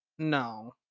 No